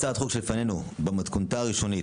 הצעת החוק שלפנינו במתכונתה הראשונית,